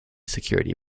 security